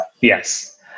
Yes